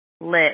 lit